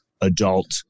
adult